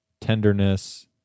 tenderness